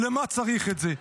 למה צריך את זה?